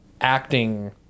acting